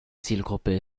zielgruppe